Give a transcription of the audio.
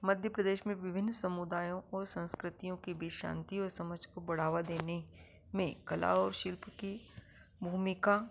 मध्य प्रदेश में विभिन्न समुदायों और संस्कृतियों के बीच शांति और समझ को बढ़ावा देने में कला और शिल्प की भूमिका